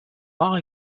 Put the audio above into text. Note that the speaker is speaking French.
rare